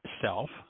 self